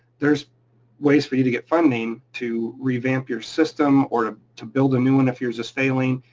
there's ways for you to get funding to revamp your system or to to build a new one if yours is failing,